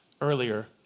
earlier